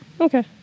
Okay